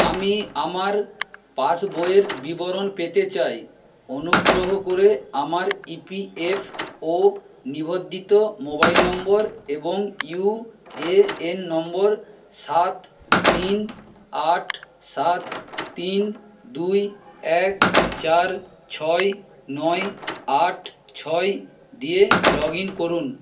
আমি আমার পাশবইয়ের বিবরণ পেতে চাই অনুগ্রহ করে আমার ই পি এফ ও নিবদ্ধিত মোবাইল নম্বর এবং ইউ এ এন নম্বর সাত তিন আট সাত তিন দুই এক চার ছয় নয় আট ছয় দিয়ে লগ ইন করুন